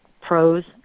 pros